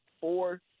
four